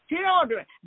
children